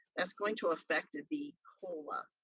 that's going to affect the cola,